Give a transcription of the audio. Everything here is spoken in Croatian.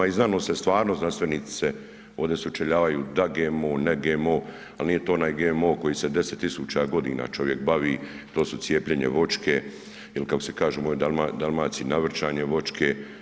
I znanost se stvarno, znanstvenici se ovdje suočavaju da GMO, ne GMO, ali nije to onaj GMO koji se 10 tisuća godina čovjek bavi, to su cijepljenje voćke ili kako se kaže u mojoj Dalmaciji navrćanje voćke.